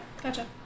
gotcha